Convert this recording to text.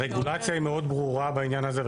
הרגולציה היא מאוד ברורה בעניין הזה.